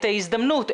את ההזדמנות,